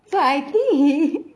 so I think he